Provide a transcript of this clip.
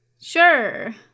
Sure